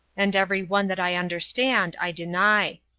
and every one that i understand i deny.